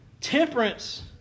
Temperance